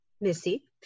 Missy